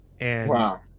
Wow